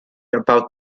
about